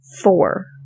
four